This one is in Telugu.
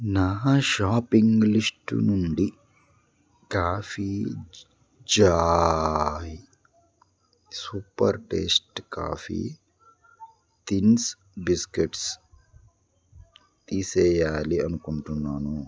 నా షాపింగ్ లిస్టు నుండి coffee joy super taste coffee thins biscuits తీసేయాలి అనుకుంటున్నాను